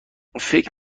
فکر